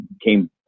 came